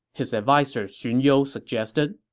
his adviser xun you suggested